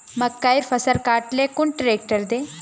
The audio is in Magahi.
मकईर फसल काट ले कुन ट्रेक्टर दे?